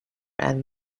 and